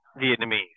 vietnamese